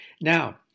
Now